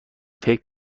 فکر